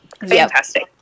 Fantastic